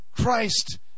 Christ